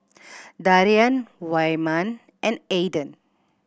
Darrian Wyman and Aydan